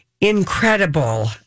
incredible